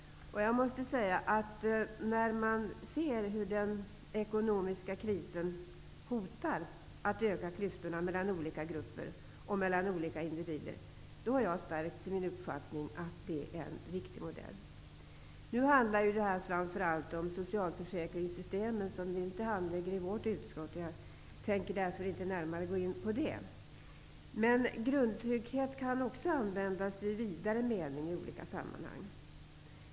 När jag har sett hur den ekonomiska krisen hotar att öka klyftorna mellan olika grupper och olika individer har jag stärkts i min uppfattning att detta är en riktig modell. Nu handlar ju detta framför allt om socialförsäkringssystemen, som vi inte handlägger i vårt utskott, och jag tänker därför inte närmare gå in på det. Men grundtrygghet kan också användas i vidare mening i olika sammanhang.